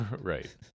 Right